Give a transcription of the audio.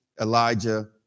Elijah